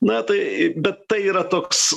na tai bet tai yra toks